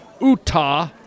utah